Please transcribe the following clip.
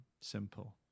simple